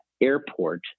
airport